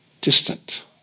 distant